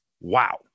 Wow